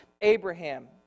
Abraham